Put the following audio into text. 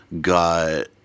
got